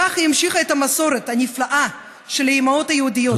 בכך היא המשיכה את המסורת הנפלאה של האימהות היהודיות,